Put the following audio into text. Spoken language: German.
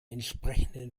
entsprechenden